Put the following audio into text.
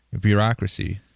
bureaucracy